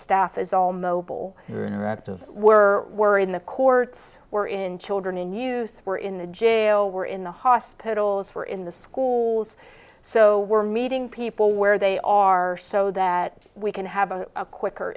staff is all mobile interactive we're we're in the courts we're in children in youth we're in the jail we're in the hospitals were in the schools so we're meeting people where they are so that we can have a quicker